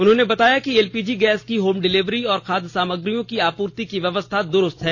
उन्होंने बताया कि एलपीजी गैस की होम डिलीवरी और खाद्य सामग्रियों की आपूर्ति की व्यवस्था द्रुस्त है